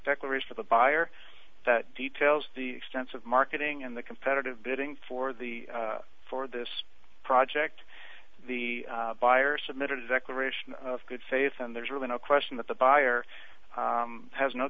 declaration of the buyer that details the extensive marketing and the competitive bidding for the for this project the buyer submitted a declaration of good faith and there's really no question that the buyer has no